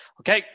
okay